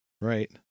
right